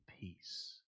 peace